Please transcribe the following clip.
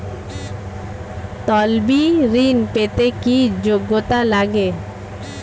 তলবি ঋন পেতে কি যোগ্যতা লাগে?